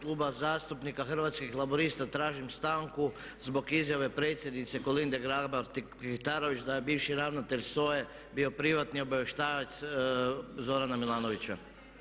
Kluba zastupnika Hrvatskih laburista tražim stanku zbog izjave predsjednice Kolinde Grabar-Kitarović da je bivši ravnatelj SOA-e bio privatni obavještajac Zorana Milanovića.